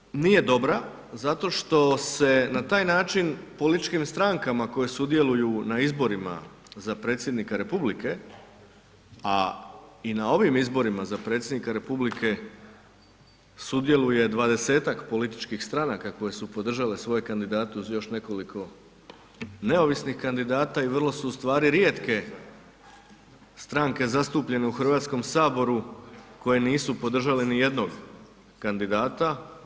Ta odredba nije dobra zato što se na taj način političkim strankama koje sudjeluju na izborima za predsjednika republike, a i na ovim izborima za predsjednika republike sudjeluje 20-tak političkih stranaka koje su podržale svoje kandidate uz još nekoliko neovisnih kandidata i vrlo su u stvari rijetke stranke zastupljene u HS koje nisu podržale nijednog kandidata.